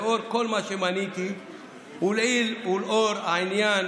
לאור כל מה שמניתי ולאור העניין